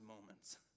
moments